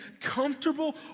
comfortable